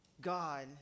God